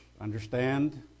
understand